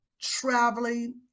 traveling